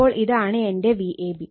അപ്പോൾ ഇതാണ് എന്റെ Vab